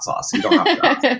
sauce